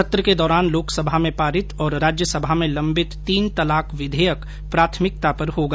सत्र के दौरान लोकसभा में पारित और राज्यसभा में लंबित तीन तलाक विधेयक प्राथमिकता पर होगा